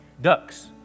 Ducks